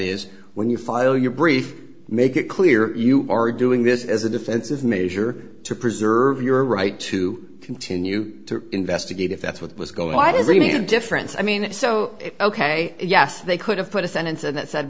is when you file your brief make it clear you are doing this as a defensive measure to preserve your right to continue to investigate if that's what was going why does remain a difference i mean it so ok yes they could have put a sentence and that said